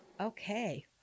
okay